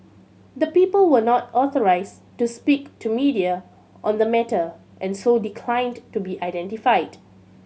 the people were not authorised to speak to media on the matter and so declined to be identified